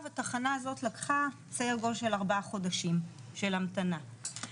התחנה הזאת לקחה סדר גודל של 4 חודשים של המתנה.